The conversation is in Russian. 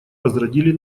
возродили